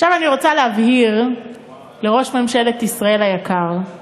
עכשיו, אני רוצה להבהיר לראש ממשלת ישראל היקר,